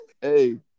Hey